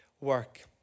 work